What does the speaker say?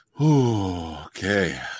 Okay